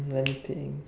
let me think